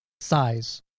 size